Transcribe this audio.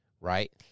right